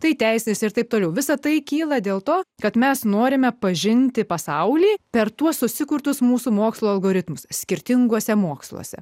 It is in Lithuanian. tai teisės ir taip toliau visa tai kyla dėl to kad mes norime pažinti pasaulį per tuos susikurtus mūsų mokslo algoritmus skirtinguose moksluose